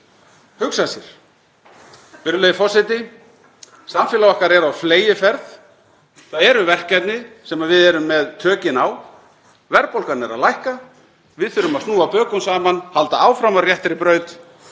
hugsa sér. Virðulegi forseti. Samfélag okkar er á fleygiferð. Það eru verkefni sem við erum með tökin á. Verðbólgan er að lækka. Við þurfum að snúa bökum saman, halda áfram á réttri braut.